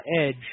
Edge